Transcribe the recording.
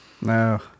No